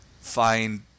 find